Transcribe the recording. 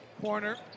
corner